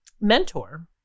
mentor